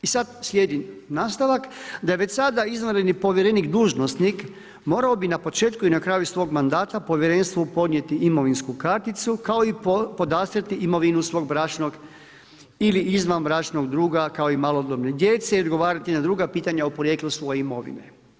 I sad slijedi nastavak: da je već sada izvanredni povjerenik, dužnosnik, morao bi na početku i na kraju svog mandata povjerenstvu podnijeti imovinsku karticu kao i podastrijeti imovinu svog bračnog ili izvanbračnog druga kao i malodobne djece i odgovarati na druga pitanja o porijeklu svoje imovine.